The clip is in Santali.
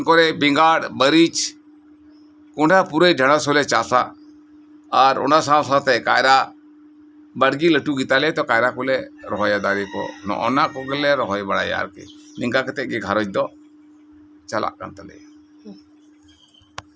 ᱥᱮ ᱜᱳᱰᱟ ᱮᱢᱟᱱ ᱠᱚᱨᱮᱫ ᱵᱮᱸᱜᱟᱲ ᱢᱟᱹᱨᱤᱪ ᱠᱚᱸᱰᱷᱟ ᱯᱩᱨᱟᱹᱭ ᱰᱷᱮᱲᱚᱥ ᱦᱚᱞᱮ ᱪᱟᱥᱼᱟ ᱟᱨ ᱚᱱᱟ ᱥᱟᱶ ᱥᱟᱶᱛᱮ ᱠᱟᱭᱨᱟ ᱵᱟᱲᱜᱮ ᱞᱟᱹᱴᱩ ᱜᱮᱛᱟ ᱞᱮᱭᱟ ᱛᱚ ᱠᱟᱭᱨᱟ ᱵᱚᱞᱮ ᱫᱟᱨᱮ ᱠᱚ ᱚᱱᱟ ᱠᱚᱜᱮ ᱞᱮ ᱨᱚᱦᱚᱭ ᱵᱟᱲᱟᱭᱟ ᱟᱨᱠᱤ ᱱᱚᱝᱠᱟ ᱠᱟᱛᱮᱫ ᱜᱮ ᱜᱷᱟᱸᱨᱚᱧᱡᱽ ᱫᱚ ᱪᱟᱞᱟᱜ ᱠᱟᱱ ᱛᱟᱞᱮᱭᱟ